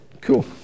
cool